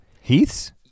Heath's